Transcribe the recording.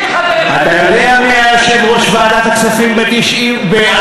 אתה יודע מי היה יושב-ראש ועדת הכספים ב-2005?